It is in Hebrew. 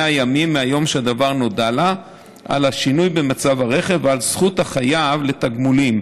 ימים מהיום שנודע לה על השינוי במצב הרכב ועל זכות החייב לתגמולים,